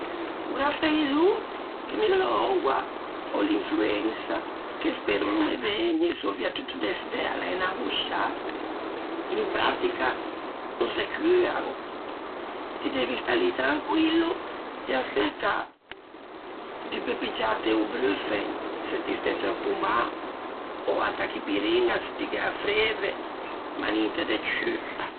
O refreidô, che mi ghe l'ò oua, ò l'influensa, che spero no me vëgne, sorviatutto de stæ a l'é unn'angosciâ, in prattica no se cuan. Ti devi stâ lì tranquillo e aspëtâ. Ti peu piggiâte o brufen se ti stæ tròppo mâ, ò a tachipiriña se ti gh'æ a freve, ma ninte de ciù.